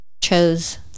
chose